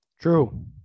True